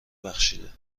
بخشیده